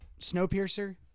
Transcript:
Snowpiercer